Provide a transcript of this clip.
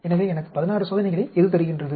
எனவே எனக்கு 16 சோதனைகளை எது தருகின்றது